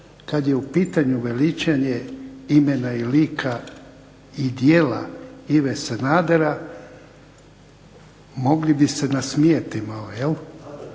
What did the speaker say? kad je u pitanju veličanje imena i lika i djela Ive Sanadera mogli bi se nasmijati malo.